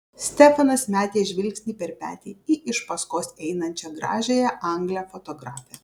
stefanas metė žvilgsnį per petį į iš paskos einančią gražiąją anglę fotografę